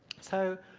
so